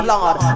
Lord